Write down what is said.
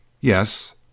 Yes